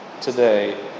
today